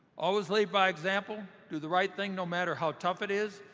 always lead by example. do the right thing no matter how tough it is.